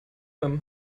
beim